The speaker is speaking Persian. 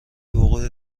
وقوع